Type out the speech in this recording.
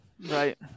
right